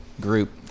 group